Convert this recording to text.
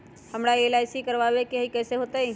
हमरा एल.आई.सी करवावे के हई कैसे होतई?